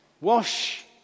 wash